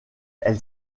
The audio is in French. elle